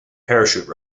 parachute